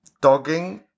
Dogging